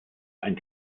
ein